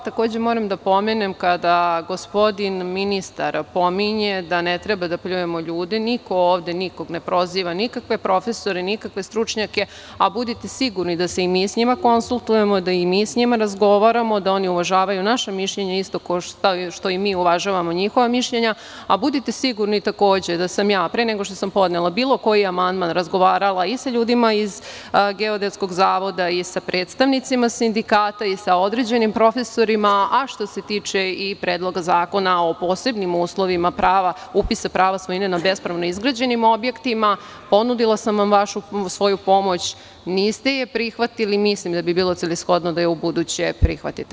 Takođe moram da pomenem kada gospodin ministar pominje da ne treba da pljujemo ljude, niko ovde nikog ne proziva, nikakve profesore, nikakve stručnjake, a budite sigurni da se i mi sa njima konsultujemo, da i mi sa njima razgovaramo, da oni uvažavaju naše mišljenje, isto kao što i mi uvažavamo njihova mišljenja, a budite sigurni takođe da sam ja, pre nego što sam podnela bilo koji amandman razgovarala i sa ljudima iz Geodetskog zavoda i sa predstavnicima sindikata, i sa određenim profesorima, a što se tiče i Predloga zakona o posebnim uslovima upisa prava svojine na bespravno izgrađenim objektima, ponudila sam vam svoju pomoć, niste je prihvatili, mislim da bi bilo celishodno da je ubuduće prihvatite.